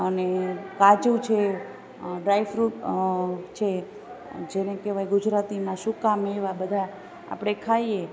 અને કાજુ છે ડ્રાય ફ્રૂટ છે જેને કહેવાય ગુજરાતીમાં સુકા મેવા બધા આપણે ખાઈએ